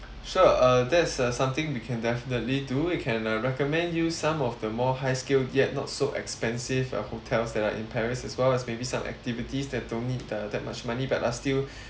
sure uh that is a something we can definitely do we can uh recommend you some of the more high scale yet not so expensive uh hotels that are in paris as well as maybe some activities that don't need the that much money but are still